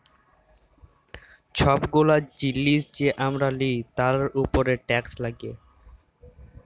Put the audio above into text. ছব গুলা জিলিস যে আমরা লিই তার উপরে টেকস লাগ্যে